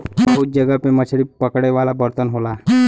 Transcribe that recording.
बहुत जगह पे मछरी पकड़े वाला बर्तन होला